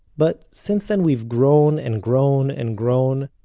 but since then we've grown and grown and grown,